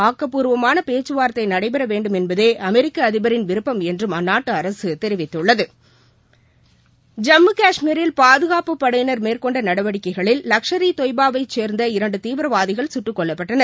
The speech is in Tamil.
ஆக்கப்பூர்வமான பேச்சுவார்த்தை நடைபெற வேண்டும் என்பதே அமெரிக்க அதிபரின் விருப்பம் என்றும் அந்நாட்டு அரசு தெரிவித்துள்ளது ஜம்மு காஷ்மீரில் பாதுகாப்பு படையினர் மேற்கொண்ட நடவடிக்கைகளில் லக்ஷர் ஈ தொய்பா வை சேர்ந்த இரண்டு தீவிரவாதிகள் சுட்டுக் கொல்லப்பட்டனர்